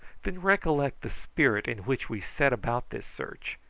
then recollect the spirit in which we set about this search.